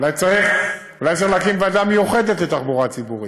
אולי צריך להקים ועדה מיוחדת לתחבורה ציבורית.